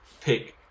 pick